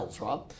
right